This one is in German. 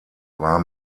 war